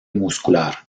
muscular